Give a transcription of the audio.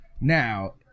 now